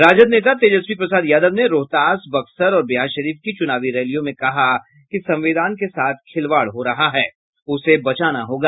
राजद नेता तेजस्वी प्रसाद यादव ने रोहतास बक्सर और बिहारशरीफ की चूनावी रैलियों में कहा कि संविधान के साथ खिलवाड़ हो रहा है उसे बचाना होगा